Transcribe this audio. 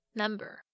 number 。